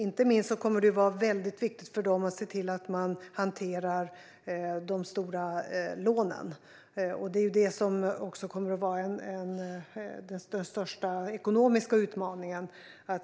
Inte minst viktigt är det för dem att hantera de stora lånen. Det kommer också att vara den största ekonomiska utmaningen.